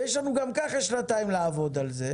ויש לנו גם ככה שנתיים לעבוד על זה.